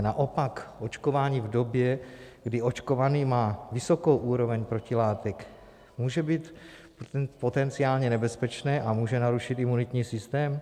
Naopak očkování v době, kdy očkovaný má vysokou úroveň protilátek, může být potenciálně nebezpečné a může narušit imunitní systém?